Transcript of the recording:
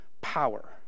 power